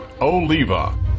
Oliva